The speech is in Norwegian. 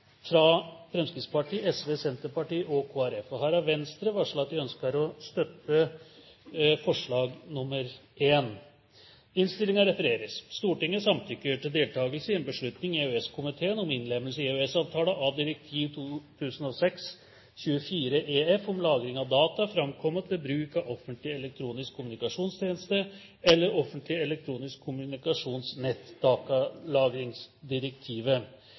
fra Fremskrittspartiet, Sosialistisk Venstreparti, Senterpartiet og Kristelig Folkeparti, lyder: «Stortinget samtykker ikke til deltakelse i en beslutning i EØS-komiteen om innlemmelse i EØS-avtalen av direktiv 2006/24/EF om lagring av data fremkommet ved bruk av offentlig elektronisk kommunikasjonstjeneste eller offentlig elektronisk